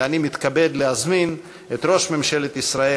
אני מתכבד להזמין את ראש ממשלת ישראל